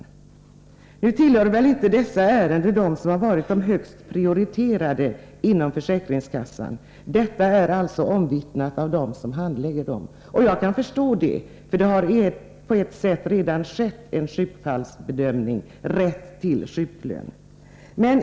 Dessa ärenden tillhör väl inte dem som varit högst prioriterade inom försäkringskassan. Detta är omvittnat av de personer som handlägger dessa ärenden. Och jag har förståelse för detta. På ett sätt har det redan skett en bedömning av rätten till sjuklön.